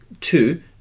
two